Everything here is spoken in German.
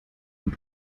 gut